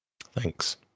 Thanks